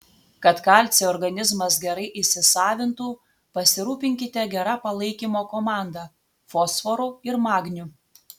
kad kalcį organizmas gerai įsisavintų pasirūpinkite gera palaikymo komanda fosforu ir magniu